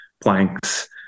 planks